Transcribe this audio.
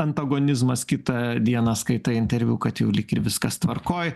antagonizmas kitą dieną skaitai interviu kad jau lyg ir viskas tvarkoj